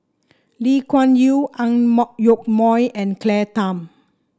Lee Kuan Yew Ang Yoke Mooi and Claire Tham